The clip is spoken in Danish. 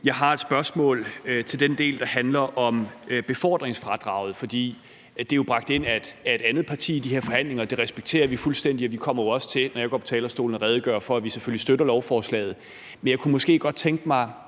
Jeg har et spørgsmål til den del, der handler om befordringsfradraget, for det er jo bragt ind af et andet parti i de her forhandlinger. Det respekterer vi fuldstændig, og jeg kommer jo også til, når jeg går på talerstolen, at redegøre for, at vi selvfølgelig støtter lovforslaget. Men jeg kunne måske godt tænke mig